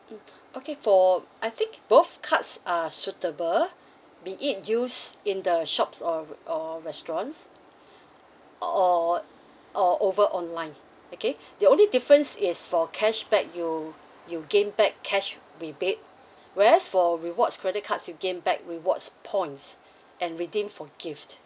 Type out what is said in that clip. mm okay for I think both cards are suitable be it use in the shops or or restaurants or or or over online okay the only difference is for cashback you you gain back cash rebate whereas for rewards credit cards you gain back rewards points and redeem for gift